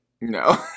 No